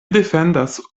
defendas